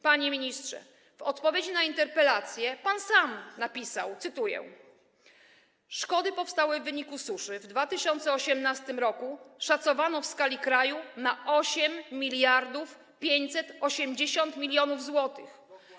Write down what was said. Panie ministrze, w odpowiedzi na interpelację pan sam napisał, cytuję: szkody powstałe w wyniku suszy w 2018 r. oszacowano w skali kraju na 8580 mln zł.